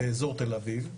באזור תל אביב,